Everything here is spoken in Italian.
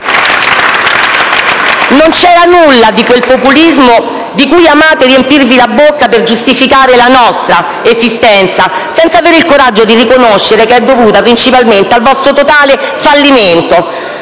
Non c'era nulla di quel populismo di cui amate riempirvi la bocca per giustificare la nostra esistenza, senza avere il coraggio di riconoscere che ciò è dovuto principalmente al vostro totale fallimento.